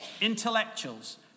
intellectuals